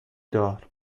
دار